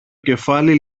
κεφάλι